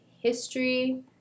history